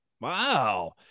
wow